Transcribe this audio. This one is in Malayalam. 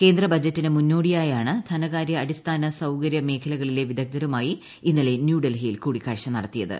കേന്ദ്ര ബജറ്റിനു മുന്നോടിയായാണ് ധനകാര്യ അടിസ്ഥാന സൌകര്യ മേഖലകളിലെ വിദഗ്ദ്ധരുമായി ഇന്നലെ ന്യൂഡൽഹിയിൽ കൂടിക്കാഴ്ച നടത്തിയത്